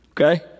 okay